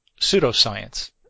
pseudoscience